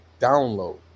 download